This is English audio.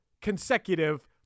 consecutive